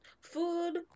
food